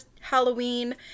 Halloween